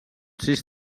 sis